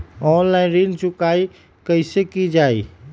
Online ऋण चुकाई कईसे की ञाई?